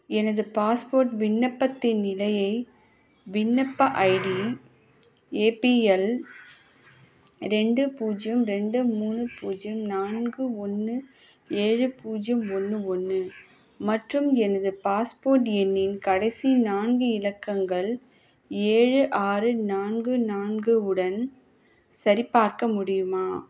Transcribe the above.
எனது பாஸ்போர்ட் விண்ணப்பத்தின் நிலையை விண்ணப்ப ஐடி ஏபிஎல் ரெண்டு பூஜ்யம் ரெண்டு மூணு பூஜ்யம் நான்கு ஒன்று ஏழு பூஜ்யம் ஒன்று ஒன்று மற்றும் எனது பாஸ்போர்ட் எண்ணின் கடைசி நான்கு இலக்கங்கள் ஏழு ஆறு நான்கு நான்கு உடன் சரிபார்க்க முடியுமா